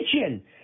kitchen